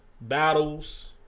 battles